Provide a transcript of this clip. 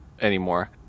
anymore